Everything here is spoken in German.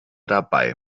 dabei